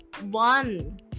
one